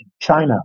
China